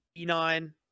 E9